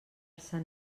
sant